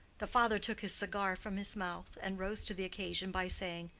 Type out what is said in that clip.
the father took his cigar from his mouth, and rose to the occasion by saying,